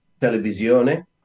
Televisione